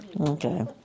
Okay